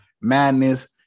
madness